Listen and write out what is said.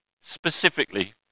specifically